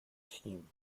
team